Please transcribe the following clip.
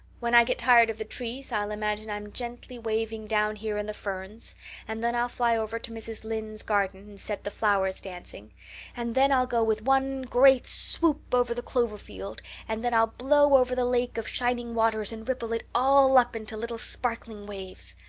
when i get tired of the trees i'll imagine i'm gently waving down here in the ferns and then i'll fly over to mrs. lynde's garden set the flowers dancing and then i'll go with one great swoop over the clover field and then i'll blow over the lake of shining waters and ripple it all up into little sparkling waves.